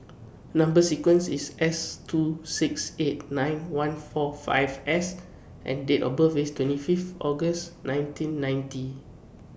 Number sequence IS S two six eight nine one four five S and Date of birth IS twenty Fifth August nineteen ninety